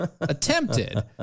Attempted